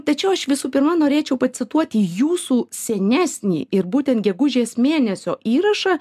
tačiau aš visų pirma norėčiau pacituoti jūsų senesnį ir būtent gegužės mėnesio įrašą